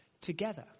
together